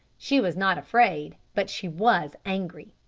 she was not afraid, but she was angry.